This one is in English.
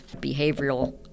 behavioral